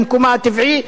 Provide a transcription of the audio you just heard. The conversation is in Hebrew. למקומה הטבעי,